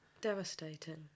Devastating